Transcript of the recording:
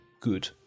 good